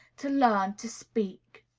to learn to speak.